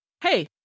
hey